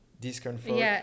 discomfort